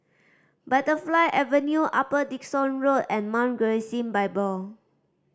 Butterfly Avenue Upper Dickson Road and Mount Gerizim Bible